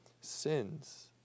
sins